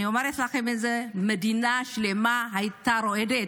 אני אומרת לכם את זה, מדינה שלמה הייתה רועדת.